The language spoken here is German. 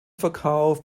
verkauf